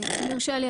אז אם יורשה לי,